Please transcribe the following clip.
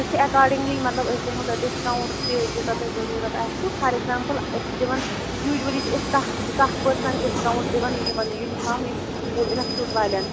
تٔتھۍ ایکاڈنگلی مطلب أسۍ دِمہو تۄہہِ ڈِسکاوُنٹ تہِ یوٗتاہ تۄہہِ ضروٗرَت آسہِ فار ایکزامپٕل أسۍ چھِ دِوان یوٗجوَلی چھِ أسۍ کہہ کہہ پٔرسَنٹ ڈِسکاوُنٹ دِوان یِمَن یوٗنِفام یِم اِنَسچوٗٹ والٮ۪ن